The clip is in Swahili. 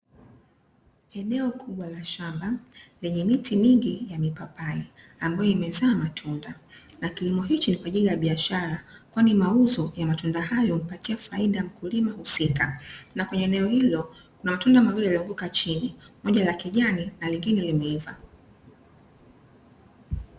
Eneo kubwa la shamba, lenye miti mingi ya mipapai, ambayo imezaa matunda. Na kilimo hichi ni kwa ajili ya biashara, kwani mauzo ya matunda hayo humpatia faida mkulima husika. Na kwenye eneo hilo kuna matunda mawili yaliyoanguka chini, moja la kijani na lingine limeiva.